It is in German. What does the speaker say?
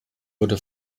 wurde